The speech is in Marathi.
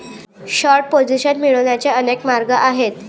शॉर्ट पोझिशन मिळवण्याचे अनेक मार्ग आहेत